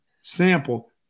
sample